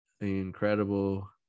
incredible